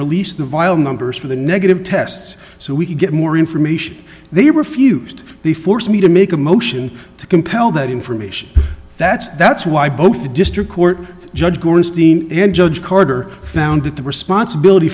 release the vile numbers for the negative tests so we could get more information they refused they forced me to make a motion to compel that information that's that's why both the district court judge gorenstein and judge carter found that the responsibility